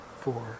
four